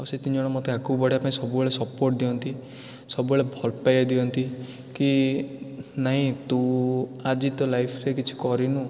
ଆଉ ସେଇ ତିନିଜଣ ମୋତେ ସବୁବେଳେ ଆଗକୁ ବଢ଼ିବା ପାଇଁ ସପୋର୍ଟ ଦିଅନ୍ତି ସବୁବେଳେ ଭଲପାଇବା ଦିଅନ୍ତି କି ନାଇଁ ତୁ ଆଜି ତୋ ଲାଇଫ୍ରେ କିଛି କରିନୁ